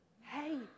Hey